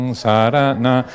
sarana